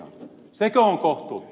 sekö on kohtuutta